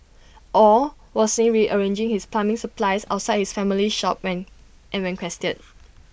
aw was seen rearranging his plumbing supplies outside his family's shop when and when quested